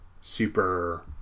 super